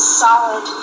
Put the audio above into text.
solid